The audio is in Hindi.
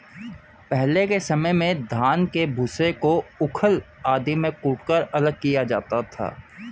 पहले के समय में धान के भूसे को ऊखल आदि में कूटकर अलग किया जाता था